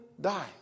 die